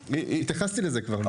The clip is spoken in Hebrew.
התייחסתי לזה כבר.